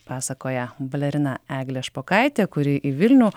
pasakoja balerina eglė špokaitė kuri į vilnių